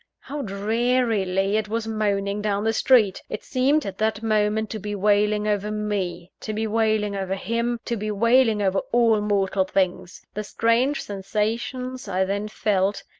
how drearily it was moaning down the street! it seemed, at that moment, to be wailing over me to be wailing over him to be wailing over all mortal things! the strange sensations i then felt,